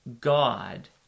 god